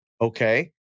Okay